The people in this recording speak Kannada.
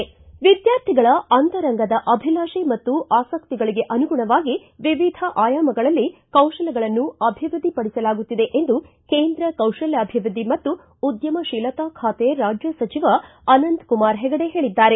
ವಿದ್ಕಾರ್ಥಿಗಳ ಅಂತರಂಗದ ಅಭಿಲಾಷೆ ಮತ್ತು ಆಸಕ್ತಿಗಳಿಗೆ ಅನುಗುಣವಾಗಿ ವಿವಿಧ ಆಯಾಮಗಳಲ್ಲಿ ಕೌಶಲಗಳನ್ನು ಅಭಿವೃದ್ದಿಪಡಿಸಲಾಗುತ್ತಿದೆ ಎಂದು ಕೇಂದ್ರ ಕೌಶಲ್ಕಾಭಿವೃದ್ಧಿ ಮತ್ತು ಉದ್ಯಮಶೀಲತಾ ಖಾತೆ ರಾಜ್ಯ ಸಚಿವ ಅನಂತಕುಮಾರ ಹೆಗಡೆ ಹೇಳಿದ್ದಾರೆ